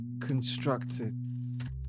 constructed